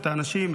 את האנשים,